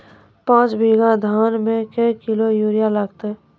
पाँच बीघा धान मे क्या किलो यूरिया लागते?